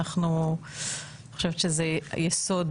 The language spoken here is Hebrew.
אני חושבת שזה יסוד